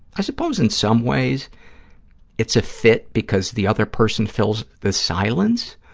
i suppose in some ways it's a fit because the other person fills the silence,